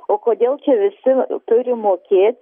o kodėl čia visi turi mokėt